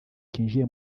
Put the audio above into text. cyinjiye